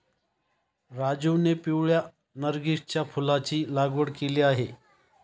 राजीवने पिवळ्या नर्गिसच्या फुलाची लागवड केली आहे